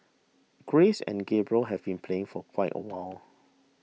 Grace and Gabriel have been playing for quite awhile